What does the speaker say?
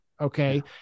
Okay